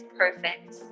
perfect